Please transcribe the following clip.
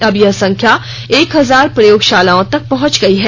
अब यह संख्या एक हजार प्रयोगशालाओं तक पहुंच गई है